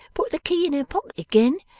put the key in her pocket again,